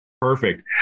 perfect